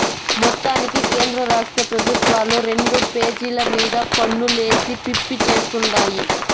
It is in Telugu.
మొత్తానికి కేంద్రరాష్ట్ర పెబుత్వాలు రెండు పెజల మీద పన్నులేసి పిప్పి చేత్తుండాయి